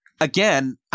again